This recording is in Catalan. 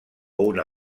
una